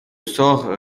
sort